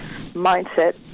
mindset